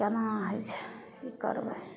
तेना होइ छै की करबय